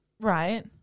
Right